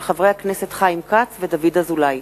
של חברי הכנסת חיים כץ ודוד אזולאי.